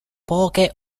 poche